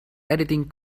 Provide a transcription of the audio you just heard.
editing